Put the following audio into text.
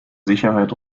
sicherheit